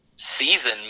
season